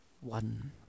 one